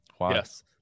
Yes